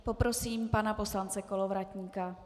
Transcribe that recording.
Poprosím pana poslance Kolovratníka.